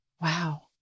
Wow